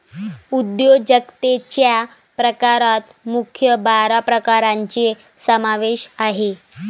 उद्योजकतेच्या प्रकारात मुख्य बारा प्रकारांचा समावेश आहे